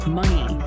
money